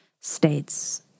states